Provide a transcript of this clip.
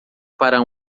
para